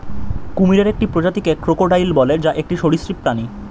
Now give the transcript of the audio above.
কুমিরের একটি প্রজাতিকে ক্রোকোডাইল বলে, যা একটি সরীসৃপ প্রাণী